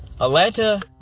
Atlanta